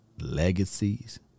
legacies